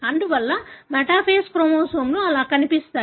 అందువల్ల మెటాఫేస్ క్రోమోజోములు అలా కనిపిస్తాయి